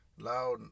loud